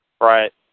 Right